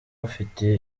bafite